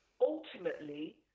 ultimately